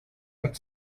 but